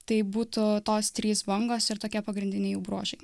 tai būtų tos trys bangos ir tokie pagrindiniai jų bruožai